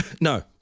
No